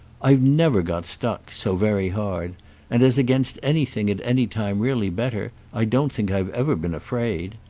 i've never got stuck so very hard and, as against anything at any time really better, i don't think i've ever been afraid.